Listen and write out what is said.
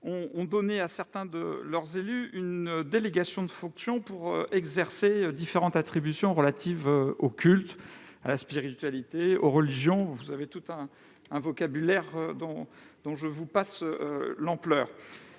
ont donné à certains de leurs élus une délégation de fonction pour exercer différentes attributions relatives aux cultes, à la spiritualité ou aux religions- il y avait tout un vocabulaire dont je vous passe l'ampleur.